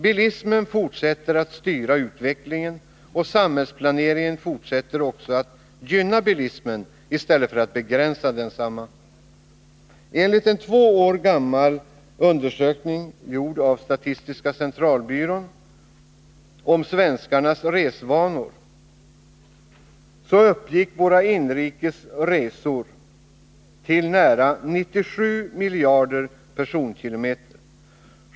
Bilismen fortsätter att styra utvecklingen, och samhällsplaneringen fortsätter också att gynna bilismen i stället för att begränsa den. Enligt en två år gammal undersökning gjord av statistiska centralbyrån om svenskarnas resvanor uppgick våra inrikes resor till nära 97 miljarder personkilometer.